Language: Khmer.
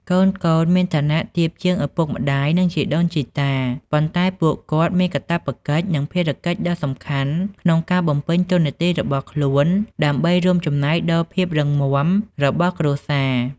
កូនៗមានឋានៈទាបជាងឪពុកម្ដាយ និងជីដូនជីតា ប៉ុន្តែពួកគាត់មាន កាតព្វកិច្ច និងភារកិច្ចដ៏សំខាន់ ក្នុងការបំពេញតួនាទីរបស់ខ្លួនដើម្បីរួមចំណែកដល់ភាពរឹងមាំរបស់គ្រួសារ។